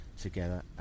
together